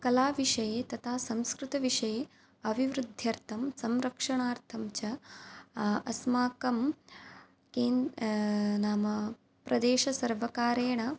कलाविषये तथा संस्कृतविषये अभिवृध्यर्थं संरक्षणार्थं च अस्माकं केन् नाम प्रदेश सर्वकारेण